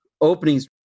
openings